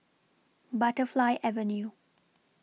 Butterfly Avenue